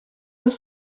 deux